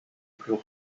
plus